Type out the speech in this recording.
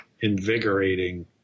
invigorating